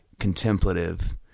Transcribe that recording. contemplative